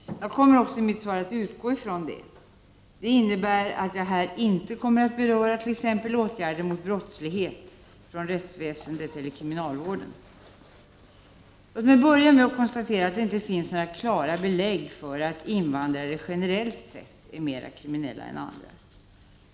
Jag kommer också i mitt svar att utgå från detta. Det innebär att jag här inte kommer att beröra t.ex. åtgärder mot brottslighet från rättsväsendet eller kriminalvården. Låt mig börja med att konstatera att det inte finns några klara belägg för att invandrare generellt sett är mer kriminella än andra.